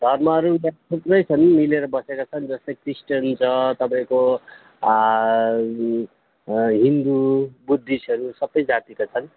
धर्महरू यहाँ थुप्रै छन् मिलेर बसेका छ जस्तै क्रिस्चियन छ तपाईँको हिन्दू बुद्धिस्टहरू सबै जातिका छन्